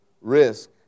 risk